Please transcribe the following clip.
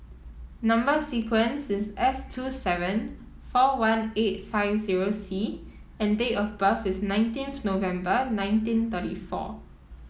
number sequence is S two seven four one eight five zero C and date of birth is nineteenth November nineteen thirty four